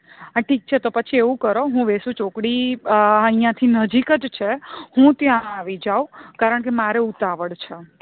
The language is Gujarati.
હા ઠીક છે તો પછી એવું કરો હું વેસુ ચોકડી અહીયાંથી નજીક જ છે હું ત્યાં આવી જાઉ કારણ કે મારે ઉતાવળ છે